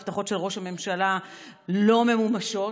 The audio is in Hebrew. ההבטחות של ראש הממשלה לא ממומשות,